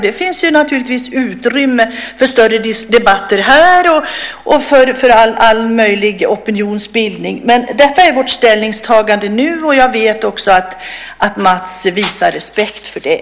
Det finns naturligtvis utrymme för större debatter här och för all möjlig opinionsbildning. Men detta är vårt ställningstagande nu, och jag vet också att Mats respekterar det.